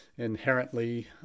inherently